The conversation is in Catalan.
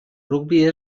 rugbi